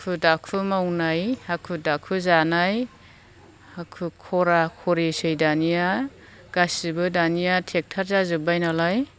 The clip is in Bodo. हाखु दाखु मावनाय हाखु दाखु जानाय हाखु खरा खरिसै दानिया गासिबो दानिया टेक्टार जाजोबबाय नालाय